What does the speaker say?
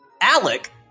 Alec